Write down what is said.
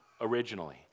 originally